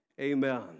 Amen